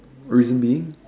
reason being